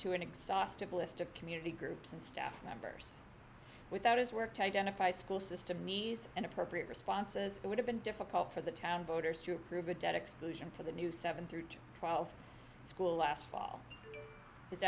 to an exhaustive list of community groups and staff members without his work to identify school system needs and appropriate responses it would have been difficult for the town voters to approve a debt exclusion for the new seven through to crawl through school last fall his